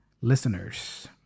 listeners